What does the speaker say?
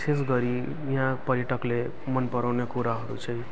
विशेष गरी यहाँ पर्यटकले मन पराउने कुराहरू चाहिँ